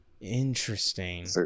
Interesting